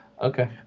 Okay